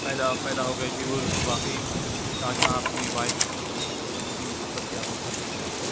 پیدا پیدا ہو گئی کہ وہ واقعی جو شاہجہاں اپنی وائف سے کتنی محبت کیا کرتا تھا